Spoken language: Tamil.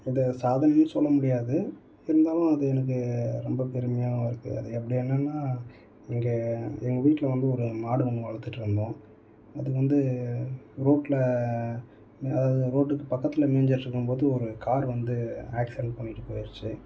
இதை சாதனைன்னு சொல்ல முடியாது இருந்தாலும் அது எனக்கு ரொம்ப பெருமையாகவும் இருக்குது அது எப்படி என்னென்னா இங்கே எங்கள் வீட்டில் வந்து ஒரு மாடு ஒன்று வளர்த்துட்டு இருந்தோம் அது வந்து ரோட்டில் அதாவது ரோட்டுக்கு பக்கத்தில் மேய்ஞ்சிட்டு இருக்கும் போது ஒரு காரு வந்து ஆக்ஸிடெண்ட் பண்ணிவிட்டு போயிடுச்சு